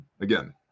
Again